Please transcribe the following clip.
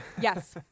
yes